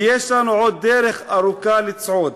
ויש לנו עוד דרך ארוכה לצעוד.